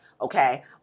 Okay